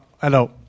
Hello